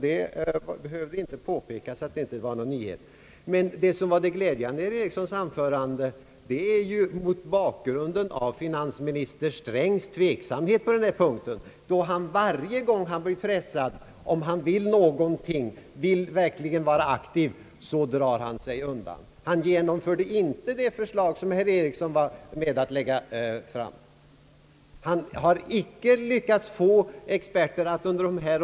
Det är glädjande att herr Ericsson har dessa synpunkter mot bakgrund av finansminister Strängs tveksamhet då han, varje gång han blir pressad att verkligen vara aktiv, drar sig undan. Han genomförde inte det förslag som herr Ericsson var med om att lägga fram. Herr Sträng har inte lyckats få experter att under de år Ang.